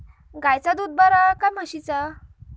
गायचा दूध बरा काय म्हशीचा?